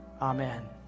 Amen